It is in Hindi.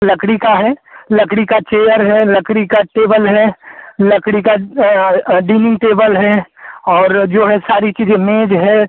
लकड़ी का है लकड़ी की चेयर है लकड़ी का टेबल है लकड़ी का डीनिंग टेबल है और जो है सारी चीज़ें मेज़ है